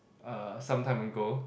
uh sometime ago